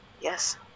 Yes